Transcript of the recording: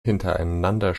hintereinander